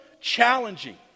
challenging